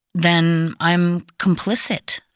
then i'm complicit,